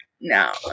no